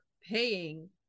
paying